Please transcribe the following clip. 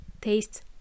tastes